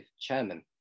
chairman